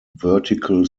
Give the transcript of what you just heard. vertical